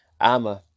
I'ma